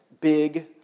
big